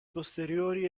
posteriori